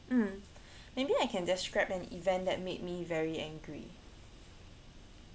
mm maybe I can describe an event that made me very angry